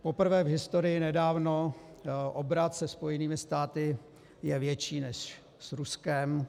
Poprvé v historii nedávno obrat se Spojenými státy je větší než s Ruskem.